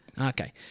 Okay